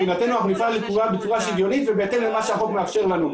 אנחנו פועלים בצורה שוויונית ובהתאם למה שהחוק מאפשר לנו.